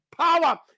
power